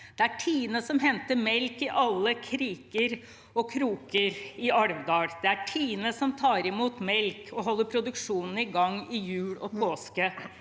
Det er Tine som henter melk i alle kriker og kroker i Alvdal. Det er Tine som tar imot melk og holder produksjonen i gang til jul og påske,